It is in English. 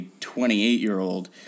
28-year-old